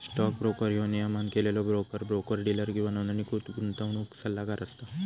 stock broker ह्यो नियमन केलेलो ब्रोकर, ब्रोकर डीलर किंवा नोंदणीकृत गुंतवणूक सल्लागार असता